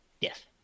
Yes